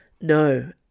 no